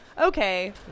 Okay